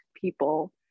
people